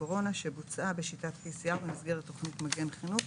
קורונה שבוצעה בשיטת PCR במסגרת תכנית מגן חינוך".